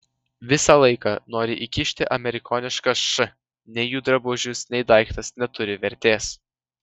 visą laiką nori įkišti amerikonišką š nei jų drabužis nei daiktas neturi vertės